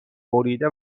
بریده